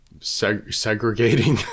segregating